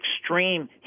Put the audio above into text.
extreme